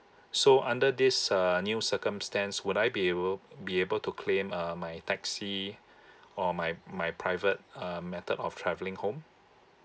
so under this uh new circumstance would I be able be able to claim uh my taxi or my my private um matter of traveling home